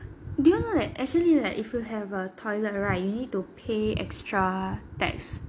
do you know that actually like if you have a toilet right you need to pay extra tax